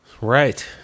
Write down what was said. Right